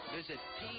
visit